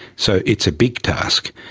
so it's a big task,